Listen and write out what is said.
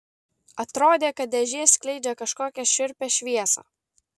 atrodė kad dėžė skleidžia kažkokią šiurpią šviesą